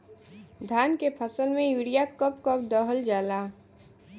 धान के फसल में यूरिया कब कब दहल जाला?